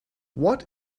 what